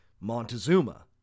Montezuma